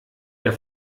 der